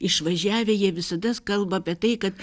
išvažiavę jie visados kalba apie tai kad